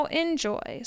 enjoy